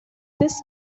this